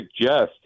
suggest